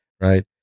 Right